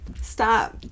stop